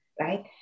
right